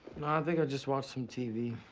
think i'll just watch some tv,